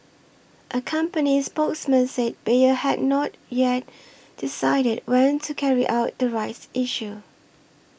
a company spokesman say Bayer had not yet decided when to carry out the rights issue